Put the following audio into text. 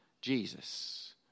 Jesus